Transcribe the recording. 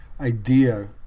idea